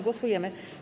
Głosujemy.